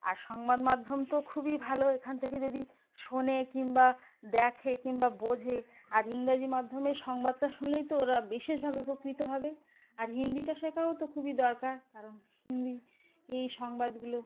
আর সংবাদ মাধ্যম তো খুবই ভালো এখান থেকে যদি শোনে কিংবা দেখে কিংবা বোঝে আর ইংরাজি মাধ্যমে সংবাদটা শুনলেই তো ওরা বিশেষভাবে উপকৃত হবে আর হিন্দিটা শেখাও তো খুবই দরকার কারণ হিন্দি এই সংবাদগুলো